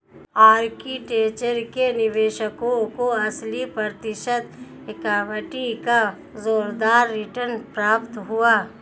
architecture के निवेशकों को अस्सी प्रतिशत इक्विटी का जोरदार रिटर्न प्राप्त हुआ है